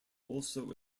also